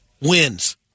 wins